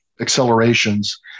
accelerations